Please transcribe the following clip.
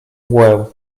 mgłę